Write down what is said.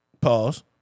Pause